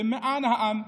למען העם,